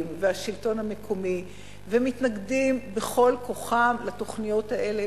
והשלטון המקומי ומתנגדים בכל כוחם לתוכניות האלה,